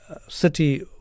city